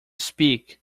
speak